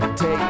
take